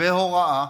בהוראה.